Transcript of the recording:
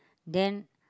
then